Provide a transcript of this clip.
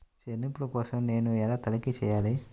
చెల్లింపుల కోసం నేను ఎలా తనిఖీ చేయాలి?